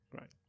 right